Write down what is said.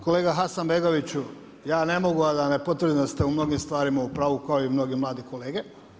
Kolega Hasanbegoviću ja ne mogu a da ne potvrdim da ste u mnogim stvarima u pravu kao i mnogi mladi kolege.